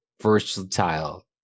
versatile